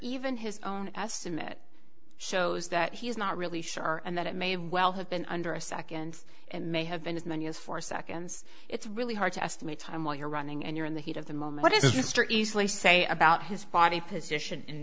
even his own estimate shows that he's not really sure and that it may well have been under a second and may have been as many as four seconds it's really hard to estimate time while you're running and you're in the heat of the moment is mr easily say about his body position